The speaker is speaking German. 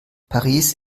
paris